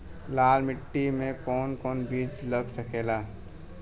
लाल मिट्टी में कौन कौन बीज लग सकेला?